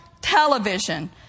television